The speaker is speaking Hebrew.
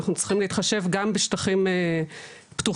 אנחנו צריכים להתחשב גם בשטחים פתוחים,